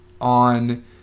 on